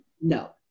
no